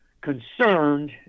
concerned